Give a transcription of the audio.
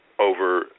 over